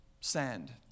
sand